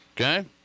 Okay